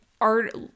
art